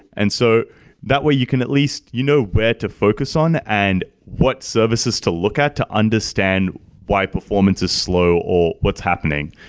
and so that way you can at least you know where to focus on and what services to look at to understand why performance is slow or what's happening.